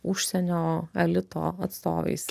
užsienio elito atstovais